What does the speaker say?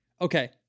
Okay